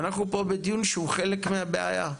ואנחנו פה בדיון שהוא חלק מהבעיה.